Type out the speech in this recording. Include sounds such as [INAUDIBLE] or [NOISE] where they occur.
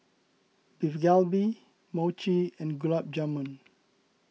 Beef Galbi Mochi and Gulab Jamun [NOISE]